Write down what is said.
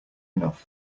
enough